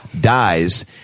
dies